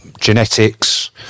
genetics